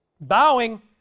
Bowing